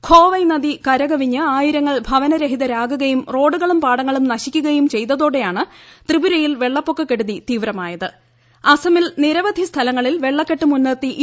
ഖോവൈ നദി കരകവിഞ്ഞ് ആയിരങ്ങൾ ഭവനരഹിതരാകുകയും റോഡുകളും പാടങ്ങളും നശിക്കുകയും ചെയ്തതോടെയാണ് പൃതിപുരയിൽ വെള്ളപ്പൊക്ക അസമിൽ ന്യൂർവ്വിധി സ്ഥലങ്ങളിൽ വെള്ളക്കെട്ട് കെടുതി തീവ്രമായത്